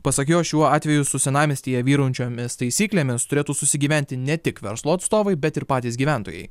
pasak jos šiuo atveju su senamiestyje vyraujančiomis taisyklėmis turėtų susigyventi ne tik verslo atstovai bet ir patys gyventojai